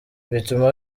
bituma